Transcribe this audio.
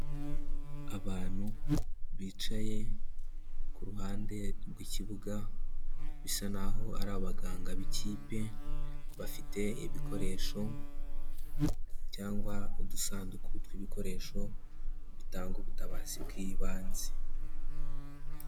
Abantu bicaye ku ruhande rw'ikibuga, bisa n'aho ari abaganga b'ikipe, bafite ibikoresho cyangwa udusanduku tw'ibikoresho, bitanga ubutabazi bw'ibanze.